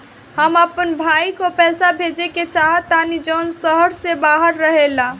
हम अपन भाई को पैसा भेजे के चाहतानी जौन शहर से बाहर रहेला